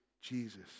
Jesus